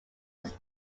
was